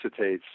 acetates